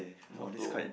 motto